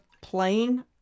plane